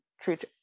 Treat